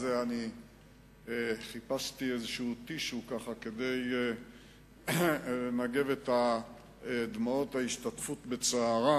חיפשתי טישיו כדי לנגב את הדמעות כהשתתפות בצערה.